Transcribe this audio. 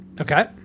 Okay